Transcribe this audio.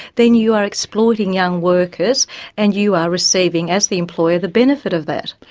then you are exploiting young workers and you are receiving as the employer the benefit of that.